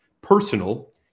personal